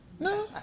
No